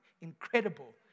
incredible